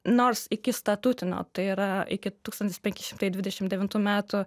nors iki statutinio tai yra iki tūkstantis penki šimtai dvidešimt devintų metų